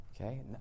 Okay